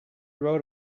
road